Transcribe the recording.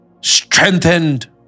Strengthened